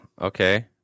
Okay